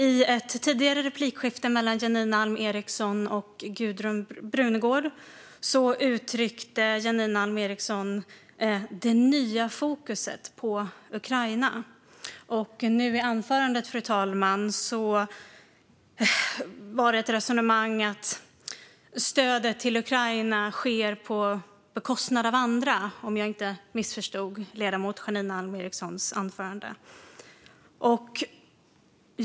I ett tidigare replikskifte mellan Janine Alm Ericson och Gudrun Brunegård talade Janine Alm Ericson om det nya fokuset på Ukraina. Och nu i anförandet, fru talman, var det ett resonemang om att stödet till Ukraina sker på bekostnad av andra, om jag inte missförstod ledamoten Janine Alm Ericsons anförande.